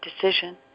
decision